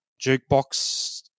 jukebox